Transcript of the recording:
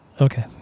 Okay